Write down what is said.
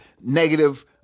negative